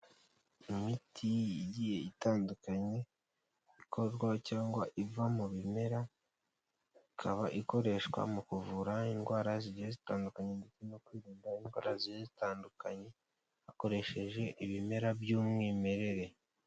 Imiti igiye itandukanye ikorwa cyangwa iva mu bimera ikaba ikoreshwa mu kuvura indwara zigiye zitandukanye ndetse no kwirinda indwara ziri zitandukanye, hakoresheje ibimera by'umwimerere.